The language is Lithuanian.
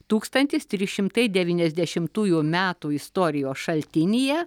tūkstantis trys šimtai devyniasdešimtųjų metų istorijos šaltinyje